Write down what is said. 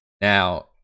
Now